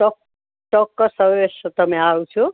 ચો ચોક્કસ અવશ્ય તમે આવજો